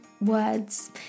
words